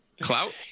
clout